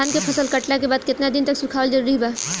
धान के फसल कटला के बाद केतना दिन तक सुखावल जरूरी बा?